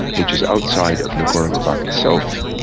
which is outside of nagorno-karabakh itself,